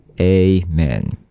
Amen